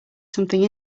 something